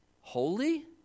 holy